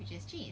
which is cheap